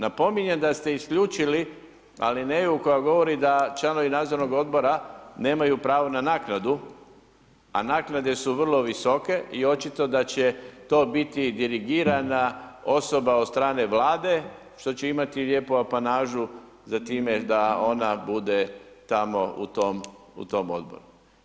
Napominjem da ste isključili alineju koja govori da članovi nadzornog odbora nemaju pravo na naknadu, a naknade su vrlo visoke, i očito da će to biti dirigirana osoba od strane Vlade, što će imati lijepo apanažu za time da ona bude tamo u tom, u tom odboru.